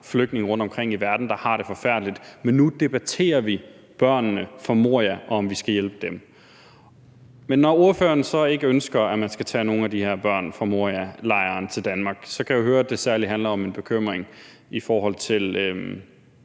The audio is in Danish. flygtninge rundtomkring i verden, der har det forfærdeligt, men nu debatterer vi børnene fra Moria, og om vi skal hjælpe dem. Men når ordføreren så ikke ønsker, at man skal tage nogle af de her børn fra Morialejren til Danmark, så kan jeg høre, at det særlig handler om en bekymring i forhold til